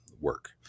work